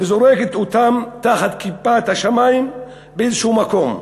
וזורקת אותם תחת כיפת השמים באיזשהו מקום.